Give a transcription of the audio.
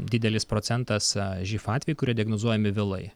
didelis procentas živ atvejų kurie diagnozuojami vėlai